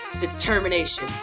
Determination